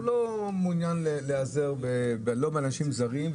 הוא לא מעוניין להיעזר לא באנשים זרים,